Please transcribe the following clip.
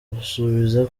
basubiza